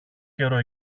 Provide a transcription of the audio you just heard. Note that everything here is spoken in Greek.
καιρό